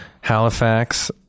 Halifax